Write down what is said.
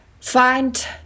find